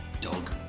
dog